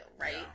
right